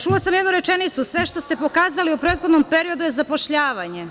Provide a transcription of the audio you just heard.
Čula sam jednu rečenicu – sve što ste pokazali u prethodnom periodu je zapošljavanje.